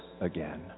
again